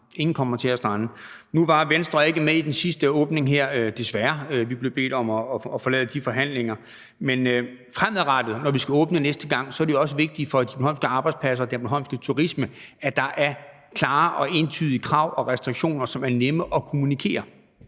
ingen kommer til at strande. Nu var Venstre ikke med i den sidste åbning her, desværre; vi blev bedt om at forlade de forhandlinger. Men fremadrettet, når vi skal åbne næste gang, er det jo også vigtigt for de bornholmske arbejdspladser og den bornholmske turisme, at der er klare og entydige krav og restriktioner, som er nemme at kommunikere.